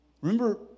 remember